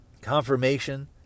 confirmation